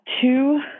two